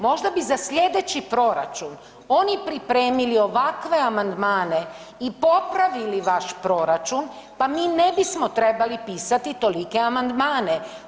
Možda bi za sljedeći proračun oni pripremili ovakve amandmane i popravili vaš proračun pa mi ne bismo trebali pisati tolike amandmane.